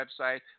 website